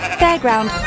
fairground